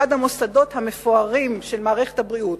המוסדות המפוארים של מערכת הבריאות,